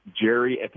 Jerry